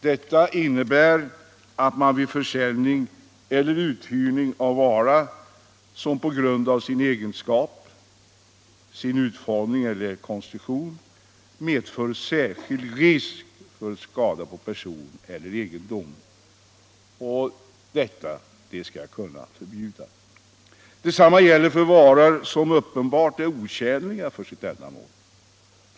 Det innebär att man kan förbjuda försäljning eller uthyrning av vara som på grund av sin egenskap, utformning eller konstruktion medför särskild risk för skador på person eller egendom. Detsamma gäller för varor som är uppenbart otjänliga för sitt ändamål.